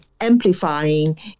amplifying